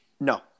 No